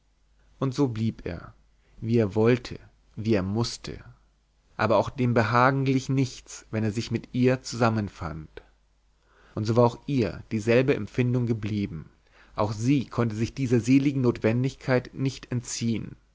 und so blieb er wie er wollte wie er mußte aber auch dem behagen glich nichts wenn er sich mit ihr zusammenfand und so war auch ihr dieselbe empfindung geblieben auch sie konnte sich dieser seligen notwendigkeit nicht entziehen